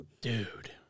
Dude